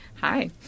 Hi